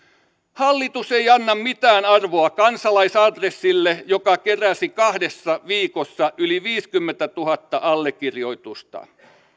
hallitus ei anna mitään arvoa kansalaisadressille joka keräsi kahdessa viikossa yli viisikymmentätuhatta allekirjoitusta